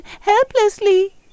helplessly